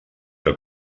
que